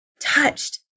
touched